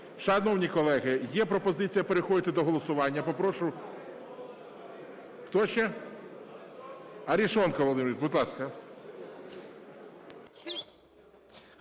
Шановні колеги, є пропозиція переходити до голосування.